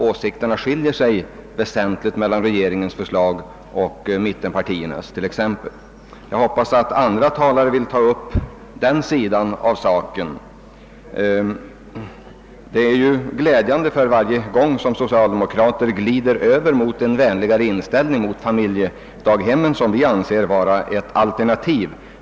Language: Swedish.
Det är ju på denna punkt regeringens förslag och mittenpartiernas väsentligt skiljer sig. Jag hoppas att andra talare vill ta upp den sidan av saken. Man blir ju glad varje gång socialdemokraterna glider över till en vänligare inställning mot familjedaghemmen, som vi anser vara ett alternativ.